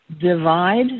divide